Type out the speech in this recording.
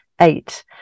eight